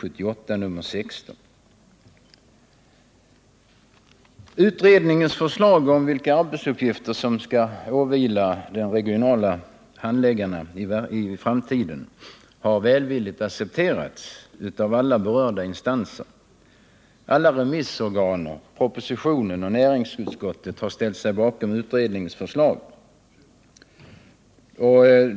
Utredningens förslag om vilka arbetsuppgifter som skall åvila de regionala handläggarna i framtiden har välvilligt accepterats av alla berörda instanser. Alla remissorgan, regeringen i propositionen och näringsutskottet har ställt sig bakom utredningsförslaget.